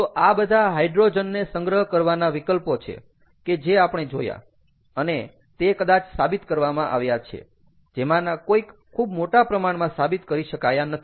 તો આ બધા હાઇડ્રોજનને સંગ્રહ કરવાના વિકલ્પો છે કે જે આપણે જોયા અને તે કદાચ સાબિત કરવામાં આવ્યા છે જેમાંના કોઈક ખૂબ મોટા પ્રમાણમાં સાબિત કરી શકાયા નથી